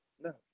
No